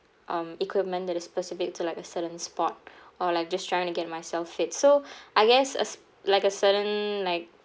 um equipment that is specific to like a certain sport or like just trying to get myself fit so I guess s~ like a certain like